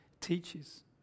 teaches